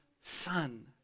son